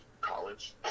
College